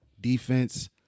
Defense